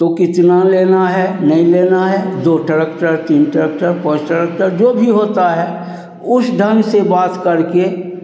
तो कितना लेना है नहीं लेना है दो ट्रक ट्रक तीन ट्रक ट्रक पाँच ट्रक ट्रक जो भी होता है उस ढंग से बात करके